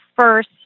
first